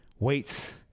weights